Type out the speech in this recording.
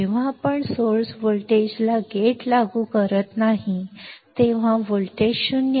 जेव्हा आपण स्त्रोत व्होल्टेजला गेट लागू करत नाही तेव्हा व्होल्टेज 0